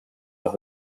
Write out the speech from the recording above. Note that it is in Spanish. los